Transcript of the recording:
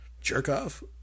jerk-off